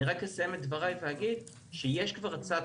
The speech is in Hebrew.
אני רק אסיים את דבריי ואגיד שיש כבר הצעת